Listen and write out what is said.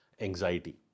anxiety